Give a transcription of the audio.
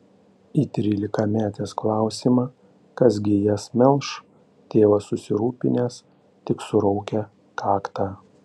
į trylikametės klausimą kas gi jas melš tėvas susirūpinęs tik suraukia kaktą